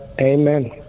amen